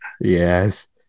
yes